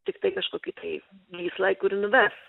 tiktai kažkokį tai gyslą ir kuri nuves